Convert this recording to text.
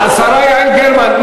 השרה יעל גרמן.